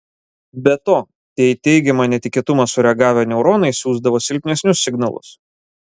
be to tie į teigiamą netikėtumą sureagavę neuronai siųsdavo silpnesnius signalus